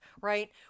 right